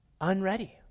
unready